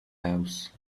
house